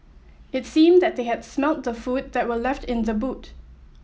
it seemed that they had smelt the food that were left in the boot